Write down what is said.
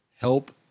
help